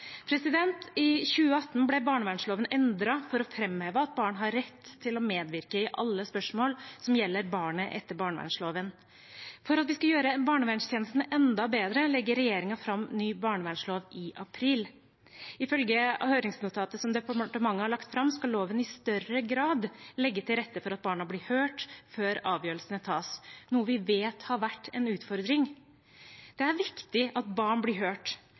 I 2018 ble barnevernsloven endret for å framheve at barn har rett til å medvirke i alle spørsmål som gjelder barnet etter barnevernsloven. For at vi skal gjøre barnevernstjenesten enda bedre, legger regjeringen fram en ny barnevernslov i april. Ifølge høringsnotatet som departementet har lagt fram, skal loven i større grad legge til rette for at barna blir hørt før avgjørelsene tas, noe vi vet har vært en utfordring. Det er viktig at barn blir hørt,